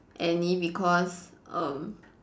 any because um